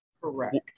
Correct